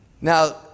Now